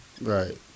Right